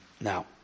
Now